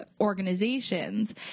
organizations